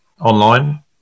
online